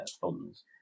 funds